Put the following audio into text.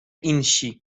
insi